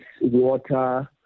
water